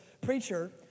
Preacher